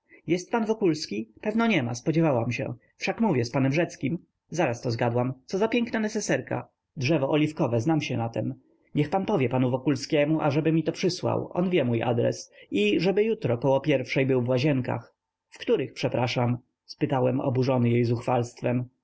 jest pan wokulski pewno niema spodziewam się wszak mówię z panem rzeckim zaraz to zgadłam co za piękna neseserka drzewo oliwkowe znam się na tem niech pan powie panu wokulskiemu ażeby mi to przysłał on wie mój adres i ażeby jutro około pierwszej był w łazienkach w których przepraszam spytałem oburzony jej